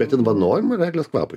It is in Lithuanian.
bet ar vanojimui ar eglės kvapui